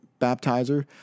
baptizer